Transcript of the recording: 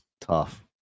tough